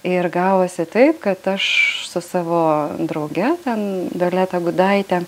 ir gavosi taip kad aš su savo drauge ten violeta gudaite